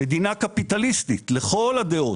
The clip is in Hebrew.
מדינה קפיטליסטית לכל הדעות,